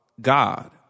God